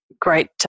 great